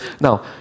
Now